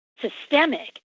systemic